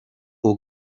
will